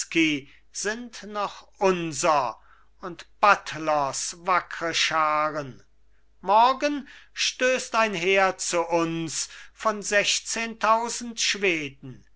sind noch unser und buttlers wackre scharen morgen stößt ein heer zu uns von sechzehntausend schweden